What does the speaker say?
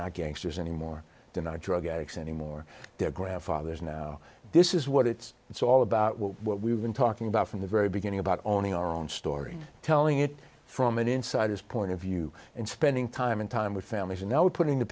not gangsters anymore than are drug addicts anymore their grandfathers now this is what it's it's all about what we've been talking about from the very beginning about owning our own story telling it from an insider's point of view and spending time and time with families you know putting the